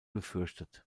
befürchtet